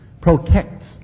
protects